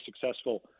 successful